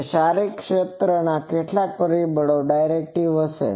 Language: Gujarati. તેથી તે શારીરિક ક્ષેત્રના કેટલાક પરિબળો ડાયરેક્ટિવિટી હશે